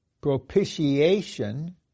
propitiation